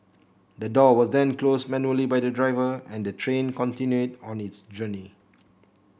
the door was then closed manually by the driver and the train continued on its journey